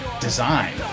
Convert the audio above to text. design